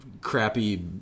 crappy